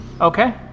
Okay